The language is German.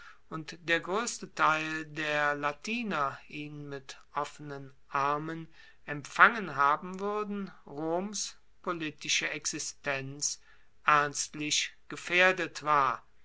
und der groesste teil der latiner ihn mit offenen armen empfangen haben wuerden roms politische existenz ernstlich gefaehrdet war